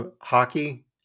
Hockey